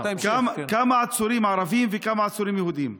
כמה עצורים ערבים וכמה עצורים יהודים יש?